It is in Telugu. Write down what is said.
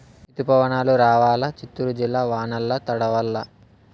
రుతుపవనాలు రావాలా చిత్తూరు జిల్లా వానల్ల తడవల్ల